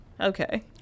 Okay